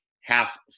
half